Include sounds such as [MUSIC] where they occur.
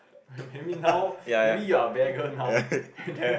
marry now maybe you are beggar now [LAUGHS] and then